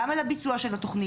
גם על הביצוע של התוכנית,